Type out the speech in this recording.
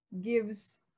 gives